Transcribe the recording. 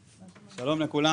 ולכן,